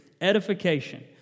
Edification